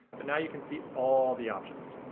but now you can see all the options.